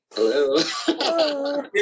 hello